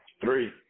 Three